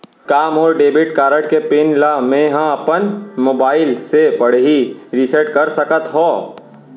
का मोर debit card के पिन ल मैं ह अपन मोबाइल से पड़ही रिसेट कर सकत हो?